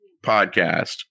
podcast